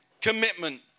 commitment